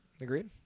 agreed